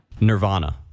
Nirvana